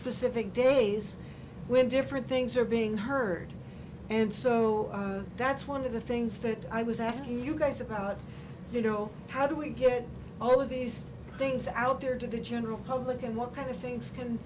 specific days when different things are being heard and so that's one of the things that i was asking you guys about you know how do we get all of these things out there to the general public and what kind of things can